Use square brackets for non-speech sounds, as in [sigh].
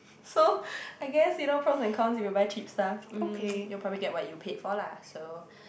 so I guess you know pros and cons if you buy cheap stuff um [noise] you'll probably get what you paid for lah so